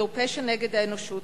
זהו פשע נגד האנושות,